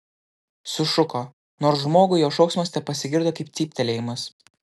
sušuko nors žmogui jo šauksmas tepasigirdo kaip cyptelėjimas